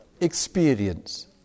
experience